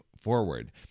forward